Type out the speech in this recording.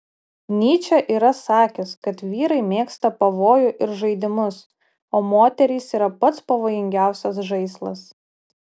nyčė yra sakęs kad vyrai mėgsta pavojų ir žaidimus o moterys yra pats pavojingiausias žaislas